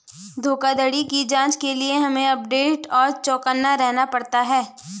धोखाधड़ी की जांच के लिए हमे अपडेट और चौकन्ना रहना पड़ता है